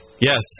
Yes